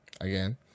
again